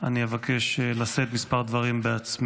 אני אבקש לשאת דברים בעצמי.